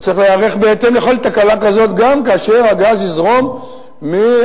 וצריך להיערך בהתאם לכל תקלה כזאת גם כאשר הגז יזרום מהמקור